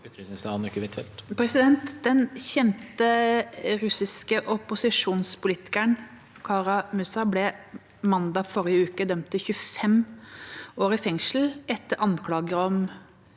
Den kjente russiske opposisjonspolitikeren Kara-Murza ble mandag forrige uke dømt til 25 år i fengsel etter anklager om